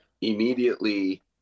immediately